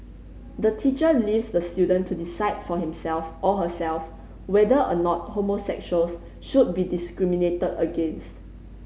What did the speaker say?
the teacher leaves the student to decide for himself or herself whether or not homosexuals should be discriminated against